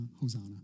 Hosanna